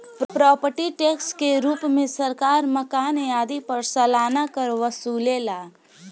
property tax के रूप में सरकार मकान आदि पर सालाना कर वसुलेला